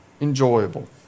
Enjoyable